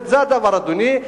זה הדבר, אדוני.